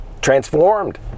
Transformed